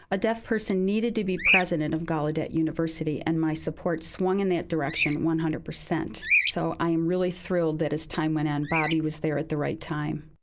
a deaf person needed to be president of gallaudet university and my support swung in that direction one hundred. so i am really thrilled that, as time went on, bobbi was there at the right time.